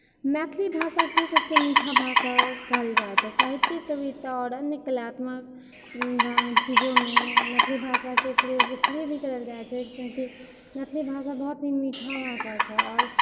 मैथिली भाषाके सबसँ मीठा भाषा कहल जाइत छै साहित्य कविता आओर अन्य कलात्मक चीजोमे मैथिली भाषाके प्रयोग इसलिए भी करल जाइत छै किआकि मैथिली भाषा बहुत ही मीठा भाषा छै आओर